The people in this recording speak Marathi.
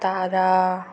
तारा